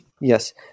Yes